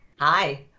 Hi